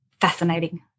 Fascinating